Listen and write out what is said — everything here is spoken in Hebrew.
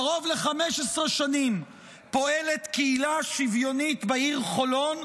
קרוב ל-15 שנים פועלת קהילה שוויונית בעיר חולון,